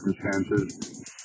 circumstances